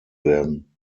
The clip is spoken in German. werden